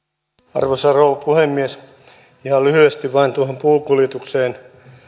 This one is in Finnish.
arvoisa rouva puhemies ihan lyhyesti vain tuohon puunkuljetukseen